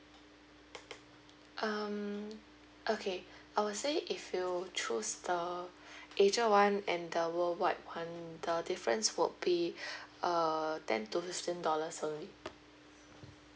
um okay I will say if you choose the asia [one] and the worldwide [one] the difference will be uh ten to fifteen dollars only